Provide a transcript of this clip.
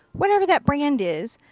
whatever that brand is,